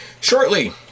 shortly